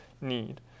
need